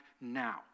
now